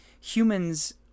humans